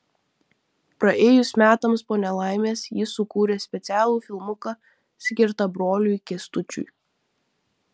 praėjus metams po nelaimės ji sukūrė specialų filmuką skirtą broliui kęstučiui